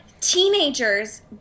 teenagers